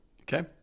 okay